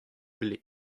bloaz